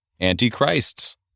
antichrists